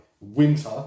Winter